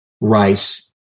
rice